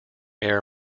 air